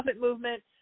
movement